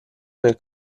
nel